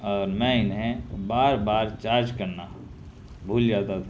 اور میں انہیں بار بار چارج کرنا بھول جاتا تھا